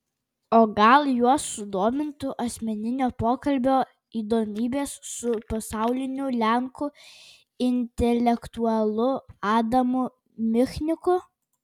o gal juos sudomintų asmeninio pokalbio įdomybės su pasauliniu lenkų intelektualu adamu michniku